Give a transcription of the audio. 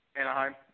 Anaheim